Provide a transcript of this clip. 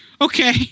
Okay